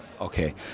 Okay